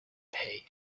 pay